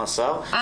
רצח,